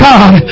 God